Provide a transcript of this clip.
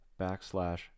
backslash